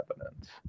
evidence